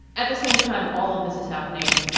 at the same time, all of this is happening.